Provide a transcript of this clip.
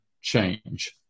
change